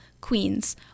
Queens